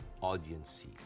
audience